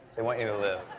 they want you to live.